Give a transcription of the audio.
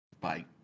Bye